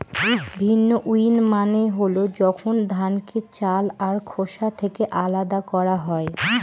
ভিন্নউইং মানে হল যখন ধানকে চাল আর খোসা থেকে আলাদা করা হয়